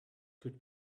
could